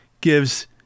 gives